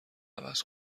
عوض